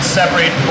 separate